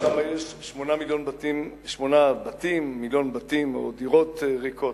שם יש 8 מיליוני בתים או דירות ריקים.